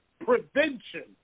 prevention